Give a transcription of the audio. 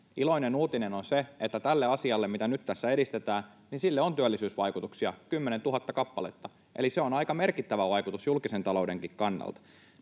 iloinen uutinen on se, että tälle asialle, mitä nyt tässä edistetään, on työllisyysvaikutuksia: 10 000 kappaletta. Eli se on aika merkittävä vaikutus julkisen taloudenkin kannalta.